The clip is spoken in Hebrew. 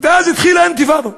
ואז התחילה אינתיפאדה,